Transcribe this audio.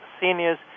seniors